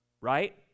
right